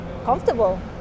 comfortable